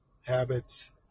habits